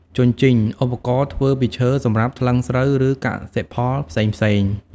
ជញ្ជីង ឧបករណ៍ធ្វើពីឈើសម្រាប់ថ្លឹងស្រូវ ឬកសិផលផ្សេងៗ។